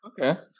Okay